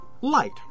light